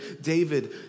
David